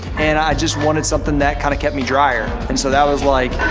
and i just wanted something that kind of kept me drier and so that was, like,